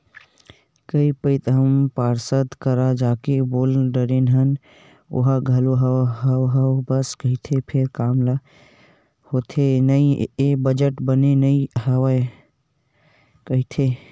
कई पइत हमन पार्षद करा जाके बोल डरे हन ओहा घलो हव हव बस कहिथे फेर काम ह होथे नइ हे बजट बने नइ आय हवय कहिथे